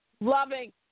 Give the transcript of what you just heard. loving